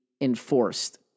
enforced